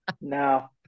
No